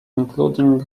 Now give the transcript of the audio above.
including